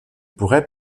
pourrai